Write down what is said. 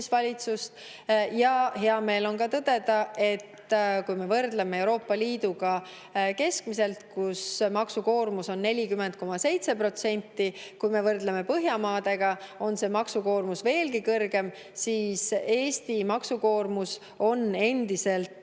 valitsust juhtis. Hea meel on ka tõdeda, et kui me võrdleme Euroopa Liiduga, kus maksukoormus on keskmiselt 40,7%, kui me võrdleme Põhjamaadega, kus maksukoormus on veelgi kõrgem, siis Eesti maksukoormus on endiselt